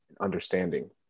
understanding